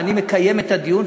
ואני מקיים את הדיון,